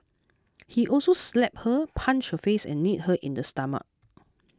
he also slapped her punched her face and kneed her in the stomach